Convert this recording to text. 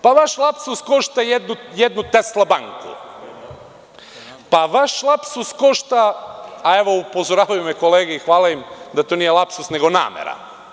Pa, vaš lapsus košta jednu „Tesla banku“, pa vaš lapsus košta, a evo upozoravaju me kolege i hvala im, to nije lapsus, to je namera.